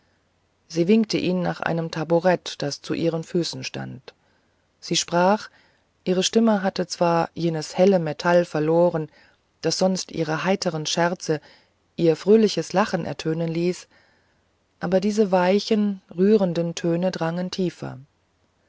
sie winkte ihm nach einem taburett das zu ihren füßen stand sie sprach ihre stimme hatte zwar jenes helle metall verloren das sonst ihre heiteren scherze ihr fröhliches lachen ertönen ließ aber diese weichen rührenden töne drangen tiefer